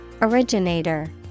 Originator